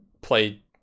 play